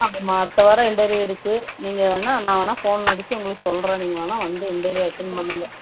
ஆமாம் அடுத்தவாரம் இன்டர்வ்யூ இருக்கு நீங்கள் வேணா நான் வேணா ஃபோன் அடிச்சு உங்களுக்கு சொல்லுறேன் நீங்கள் வேணா வந்து இன்டர்வ்யூ அட்டன்ட் பண்ணுங்கள்